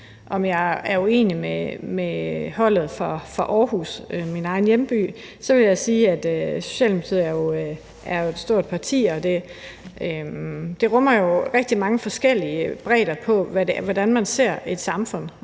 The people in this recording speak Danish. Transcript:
Om jeg er uenig med holdet fra Aarhus, min egen hjemby, vil jeg sige, at Socialdemokratiet jo er et stort parti, og det rummer rigtig mange forskellige synspunkter på, hvordan man ser et samfund,